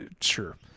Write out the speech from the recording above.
sure